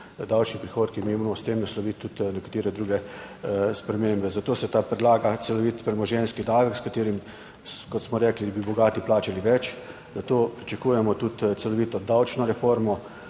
davčni prihodki, mi moramo s tem nasloviti tudi nekatere druge spremembe. Zato se predlaga celovit premoženjski davek, s katerim, kot smo rekli, bi bogati plačali več, zato pričakujemo tudi celovito davčno reformo,